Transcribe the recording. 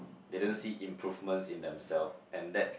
they don't see improvements in themself and that